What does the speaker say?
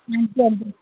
ਹਾਂਜੀ ਹਾਂਜੀ